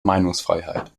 meinungsfreiheit